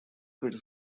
were